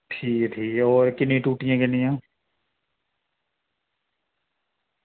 एह् ठीक ऐ ठीक ऐ एह् टूटियां किन्नियां न